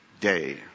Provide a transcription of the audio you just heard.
day